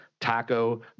taco